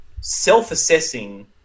self-assessing